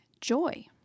joy